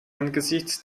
angesichts